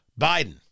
Biden